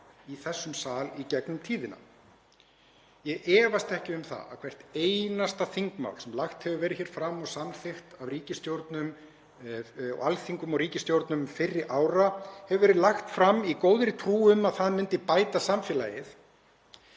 í þessum sal í gegnum tíðina. Ég efast ekki um að hvert einasta þingmál sem lagt hefur verið fram og samþykkt af Alþingi og ríkisstjórnum fyrri ára hefur verið lagt fram í góðri trú um að það myndi bæta samfélagið.